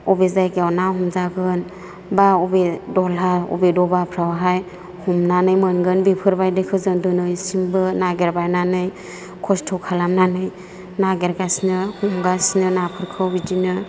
बबे जायगायाव ना हमजागोन एबा बबे दलहा बबे दबाफ्रावहाय हमनानै मोनगोन बेफोरबायदिखौ जों दिनैसिमबो नागिरबायनानै खस्त' खालामनानै नागिरगासिनो हमगासिनो नाफोरखौ बिदिनो